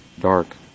dark